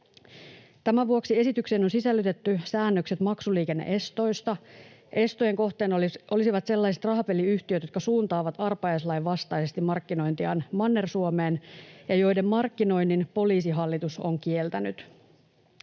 Tämän vuoksi esitykseen on sisällytetty säännökset maksuliikenne-estoista. Estojen kohteena olisivat sellaiset rahapeliyhtiöt, jotka suuntaavat arpajaislain vastaisesti markkinointiaan Manner-Suomeen ja joiden markkinoinnin Poliisihallitus on kieltänyt.